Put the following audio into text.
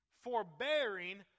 forbearing